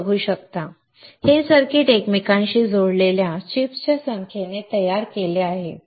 तुम्ही बघू शकता हे सर्किट एकमेकांशी जोडलेल्या चिप्सच्या संख्येने तयार केले आहे